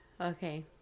Okay